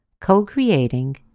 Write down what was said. co-creating